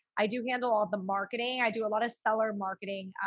i do handle all the marketing. i do a lot of seller marketing.